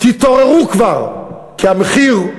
תתעוררו כבר, כי המחיר,